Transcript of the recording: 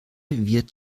wird